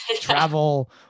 travel